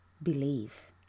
believe